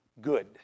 good